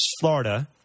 Florida